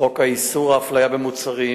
חוק איסור הפליה במוצרים,